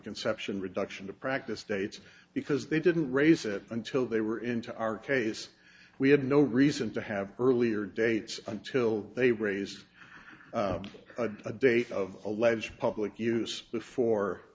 conception reduction to practice states because they didn't raise it until they were into our case we had no reason to have earlier dates until they raised a date of alleged public use before